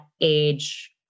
age